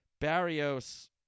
Barrios